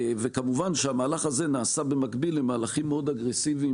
כמובן שהמהלך הזה נעשה במקביל למהלכים מאוד אגרסיביים